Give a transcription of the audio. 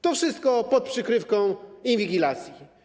To wszystko pod przykrywką inwigilacji.